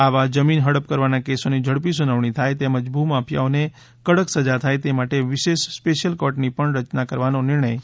આવા જમીન હડપ કરવાના કેસોની ઝડપી સૂનાવણી થાય તેમજ ભૂમાફિયાઓને કડક સજા થાય તે માટે વિશેષ સ્પેશ્યલ કોર્ટની પણ રચના કરવાનો નિર્ણય કર્યો છે